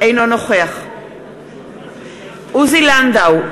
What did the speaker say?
אינו נוכח עוזי לנדאו,